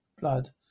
blood